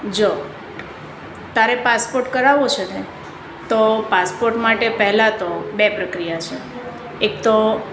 જો તારે પાસપોર્ટ કરાવવો છે ને તો પાસપોર્ટ માટે પહેલાં તો બે પ્રક્રિયા છે એક તો